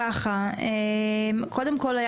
קודם כל,